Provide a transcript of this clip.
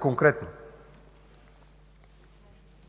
Конкретно.